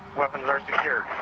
weapons are secured.